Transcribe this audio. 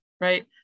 right